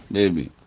Baby